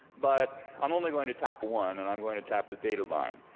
but i'm only going to tap one and i'm going to tap the data line.